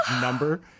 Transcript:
number